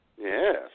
Yes